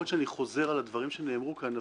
יכול להיות שאני חוזר על הדברים שנאמרו כאן,